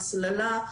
הצללה.